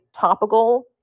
topical